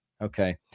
okay